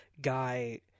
guy